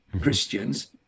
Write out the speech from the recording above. Christians